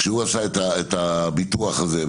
כשהוא עשה את הביטוח הזה,